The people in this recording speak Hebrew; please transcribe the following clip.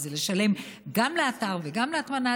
וזה לשלם גם לאתר וגם על ההטמנה,